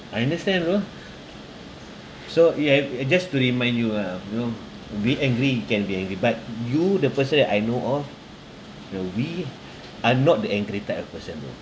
I understand bro so you have uh just to remind you ah bro we angry you can be angry but you the person that I know of you know we are not the angry type of person bro